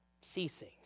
ceasing